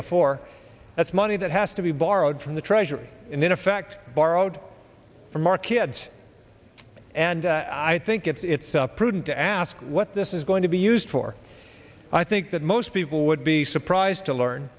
before that's money that has to be borrowed from the treasury in effect borrowed from our kids and i think it's prudent to ask what this is going to be used for i think that most people would be surprised to learn